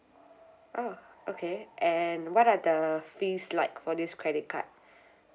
oh okay and what are the fees like for this credit card